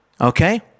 okay